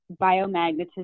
biomagnetism